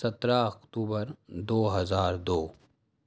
سترہ اختوبر دو ہزار دو